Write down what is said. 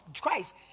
Christ